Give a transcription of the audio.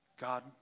God